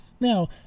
Now